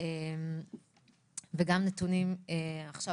וגם נתונים מעכשיו,